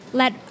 let